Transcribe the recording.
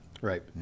Right